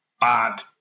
bad